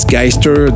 Geister